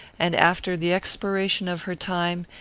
and, after the expiration of her time,